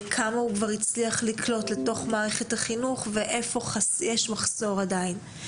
כמה הוא כבר הצליח לקלוט לתוך מערכת החינוך והיכן יש עדיין מחסור.